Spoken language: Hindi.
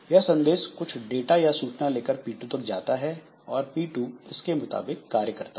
यह संदेश कुछ डाटा या सूचना लेकर P2 तक जाता है और P2 इसके मुताबिक कार्य करता है